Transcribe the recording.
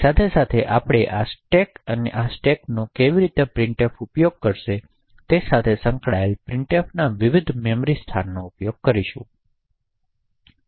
સાથે સાથે આપણે આ સ્ટેક અને આ સ્ટેકનો કેવી પ્રિંટફ રીતે ઉપયોગ કરશે તે અને તેના સાથે સંકળાયેલા પ્રિંટફ ના વિવિધ મેમરી સ્થાનનો ઉપયોગ કરીશું